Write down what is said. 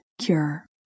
cure